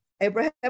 Abraham